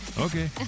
Okay